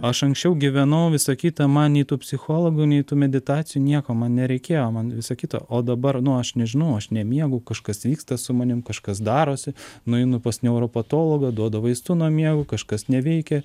aš anksčiau gyvenau visa kita man nei tų psichologų nei tų meditacijų nieko man nereikėjo man viso kito o dabar nu aš nežinau aš nemiegu kažkas vyksta su manim kažkas darosi nueinu pas neuropatologą duoda vaistų nuo miego kažkas neveikia